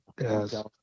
Yes